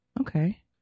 Okay